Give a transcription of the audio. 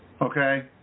okay